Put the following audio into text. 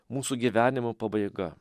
mūsų gyvenimo pabaiga